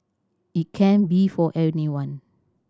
it can be for anyone